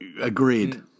Agreed